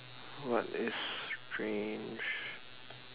what is strange